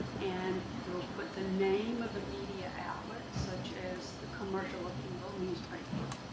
and you'll put the name of the media outlet such as the commercial appeal, newspaper.